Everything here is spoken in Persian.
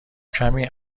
کمی